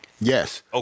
Yes